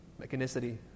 mechanicity